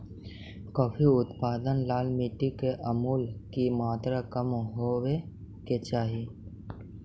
coffee उत्पादन ला मिट्टी में अमूल की मात्रा कम होवे के चाही